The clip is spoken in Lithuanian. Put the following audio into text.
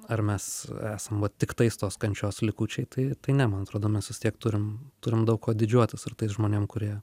ar mes esam vat tiktais tos kančios likučiai tai tai ne man atrodo mes vis tiek turim turim daug kuo didžiuotis ir tais žmonėm kurie